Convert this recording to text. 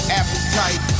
appetite